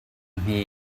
hme